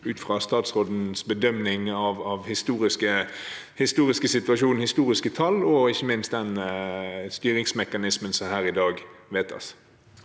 ut fra statsrådens bedømming av den historiske situasjonen, historiske tall og ikke minst den styringsmekanismen som vedtas